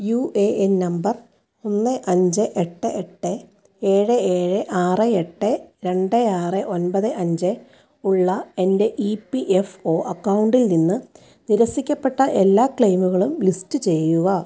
U A N number ഒന്ന് അഞ്ച് എട്ട് എട്ട് ഏഴ് ഏഴ് ആറ് എട്ട് രണ്ട് ആറ് ഒൻപത് അഞ്ച് ഉള്ള എൻ്റെ ഇ പി എഫ് ഒ അക്കൗണ്ടിൽ നിന്ന് നിരസിക്കപ്പെട്ട എല്ലാ ക്ലെയിമുകളും ലിസ്റ്റ് ചെയ്യുക